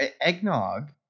eggnog